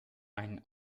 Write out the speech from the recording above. ein